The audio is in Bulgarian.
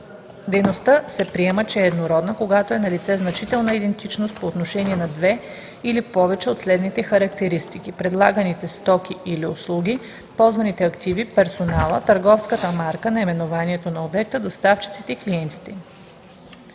Дейността се приема, че е еднородна, когато е налице значителна идентичност по отношение на две или повече от следните характеристики: предлаганите стоки или услуги, ползваните активи, персонала, търговската марка/наименованието на обекта, доставчиците/клиентите.